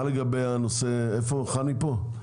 חנ"י פה?